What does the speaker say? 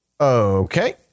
Okay